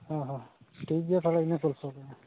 ᱦᱚᱸ ᱦᱚᱸ ᱴᱷᱤᱠ ᱜᱮᱭᱟ ᱛᱟᱦᱚᱞᱮ ᱤᱱᱟᱹ ᱜᱚᱞᱯᱚ ᱜᱮ